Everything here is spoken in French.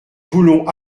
voulons